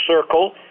circle